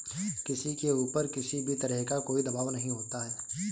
किसी के ऊपर किसी भी तरह का कोई दवाब नहीं होता है